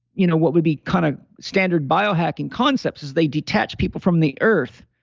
you know what would be kind of standard biohacking concepts is they detach people from the earth.